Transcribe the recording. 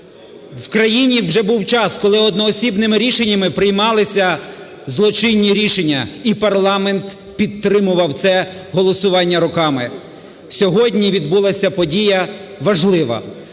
В країні вже був час, коли одноосібними рішеннями приймалися злочинні рішення, і парламент підтримував це голосування роками. Сьогодні відбулася подія важлива: